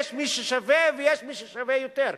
יש מי ששווה ויש מי ששווה יותר.